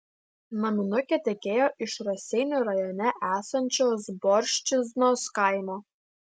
naminukė tekėjo iš raseinių rajone esančio zborčiznos kaimo